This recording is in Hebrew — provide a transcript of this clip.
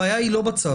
הבעיה היא לא בצו,